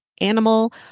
animal